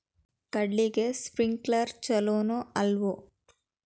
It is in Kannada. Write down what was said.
ಕಡ್ಲಿಗೆ ಸ್ಪ್ರಿಂಕ್ಲರ್ ಛಲೋನೋ ಅಲ್ವೋ?